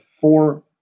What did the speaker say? four